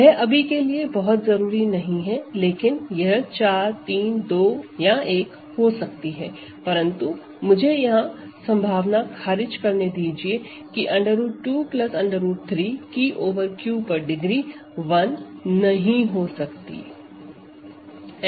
यह अभी के लिए बहुत जरूरी नहीं है लेकिन यह 4 3 2 या 1 हो सकती है परंतु मुझे यहां यह संभावना खारिज करने दीजिए कि √2 √3 की ओवर Q पर डिग्री 1 नहीं हो सकती